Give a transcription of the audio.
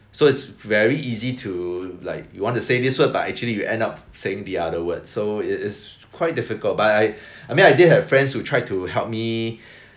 so is very easy to like you want to say this word but actually you end up saying the other word so it is quite difficult but I I mean I did have friends who tried to help me